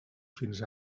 fins